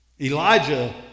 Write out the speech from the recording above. Elijah